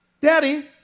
Daddy